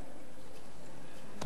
למה?